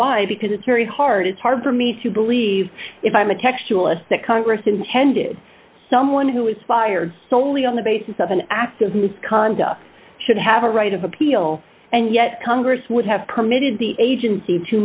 why because it's very hard it's hard for me to believe if i'm a textualist that congress intended someone who was fired solely on the basis of an act of misconduct should have a right of appeal and yet congress would have permitted the agency to